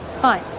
Fine